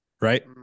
Right